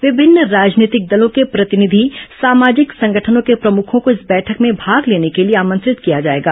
विभिन्न राजनीतिक दलों के प्रतिनिधि सामाजिक संगठनों के प्रमुखों को इस बैठक में भाग लेने के लिए आमंत्रित किया जाएगा